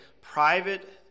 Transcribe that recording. private